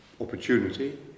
opportunity